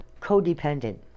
codependent